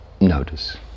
notice